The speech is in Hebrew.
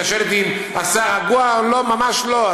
אתה שואל אותי אם השר רגוע, לא, ממש לא.